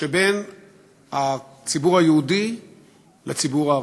שבין הציבור היהודי לציבור הערבי.